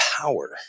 power